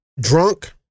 Drunk